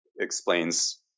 explains